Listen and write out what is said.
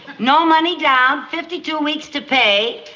no money down. fifty two weeks to pay.